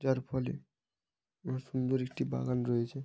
যার ফলে আমার সুন্দর একটি বাগান রয়েছে